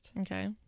Okay